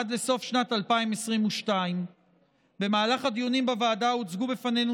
עד לסוף שנת 2022. במהלך הדיונים בוועדה הוצגו בפנינו